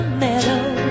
meadow